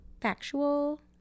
Factual